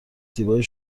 زیبای